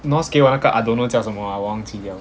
noz 给我那个 adono 叫什么 ah 我忘记了